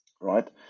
right